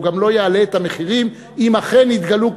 הוא גם לא יעלה את המחירים אם אכן יתגלו,